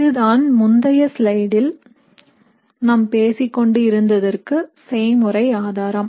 இதுதான் முந்தைய சிலைடில் நாம் பேசிக்கொண்டு இருந்ததற்கு செய்முறை ஆதாரம்